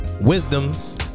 wisdoms